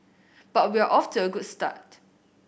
but we're off to a good start